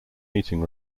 meeting